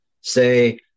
say